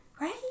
right